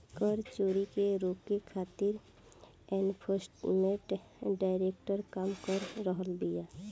कर चोरी के रोके खातिर एनफोर्समेंट डायरेक्टरेट काम कर रहल बिया